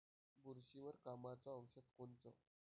बुरशीवर कामाचं औषध कोनचं?